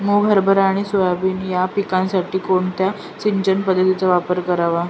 मुग, हरभरा आणि सोयाबीन या पिकासाठी कोणत्या सिंचन पद्धतीचा वापर करावा?